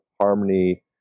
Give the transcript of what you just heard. harmony